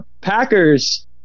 Packers